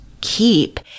keep